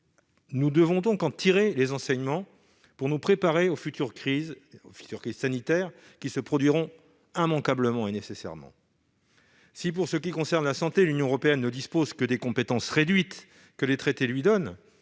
Nous devons donc tirer les enseignements de cette situation, pour nous préparer aux futures crises sanitaires qui se produiront immanquablement et nécessairement. Si, pour ce qui concerne la santé, l'Union européenne ne dispose que des compétences réduites que les traités lui donnent